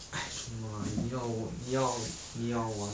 I don't know lah 你要你要你要玩